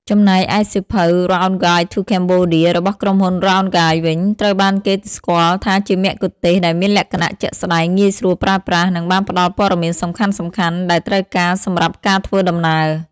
ចំណែកឯសៀវភៅ Rough Guide to Cambodia របស់ក្រុមហ៊ុន Rough Guides វិញ ត្រូវបានគេស្គាល់ថាជាមគ្គុទ្ទេសក៍ដែលមានលក្ខណៈជាក់ស្ដែង ងាយស្រួលប្រើប្រាស់ និងបានផ្ដល់ព័ត៌មានសំខាន់ៗដែលត្រូវការសម្រាប់ការធ្វើដំណើរ។